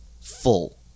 full